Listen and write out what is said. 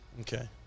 Okay